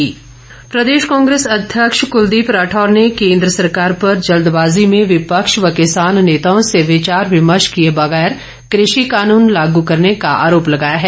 राठौर प्रदेश कांग्रेस अध्यक्ष कुलदीप राठौर ने केंद्र सरकार पर जल्दबाजी में विपक्ष व किसान नेताओं से विचार विमर्श किए बगैर कृषि कानून लागू करने का आरोप लगाया है